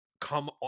come